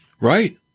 Right